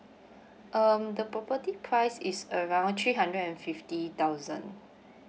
um the property price is around three hundred and fifty thousand